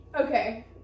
Okay